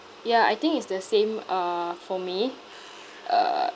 ya I think it's the same uh for me uh